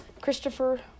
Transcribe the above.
Christopher